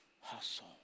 hustle